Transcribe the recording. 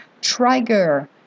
trigger